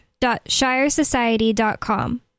shiresociety.com